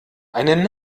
einen